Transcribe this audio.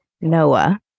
Noah